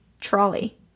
trolley